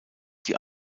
die